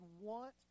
want